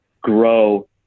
grow